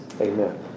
Amen